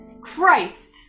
Christ